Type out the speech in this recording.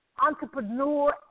Entrepreneur